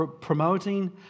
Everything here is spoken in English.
promoting